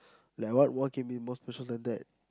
like what can be more special than that